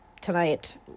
tonight